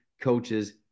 Coaches